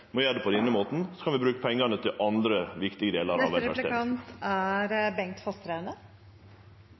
gjere det på denne måten, og så kan vi bruke pengane til andre viktige delar av velferdstenestene. Vi i Senterpartiet er